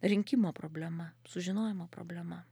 rinkimo problema sužinojimo problema